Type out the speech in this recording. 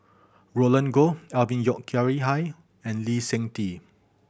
Roland Goh Alvin Yeo Khirn Hai and Lee Seng Tee